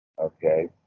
Okay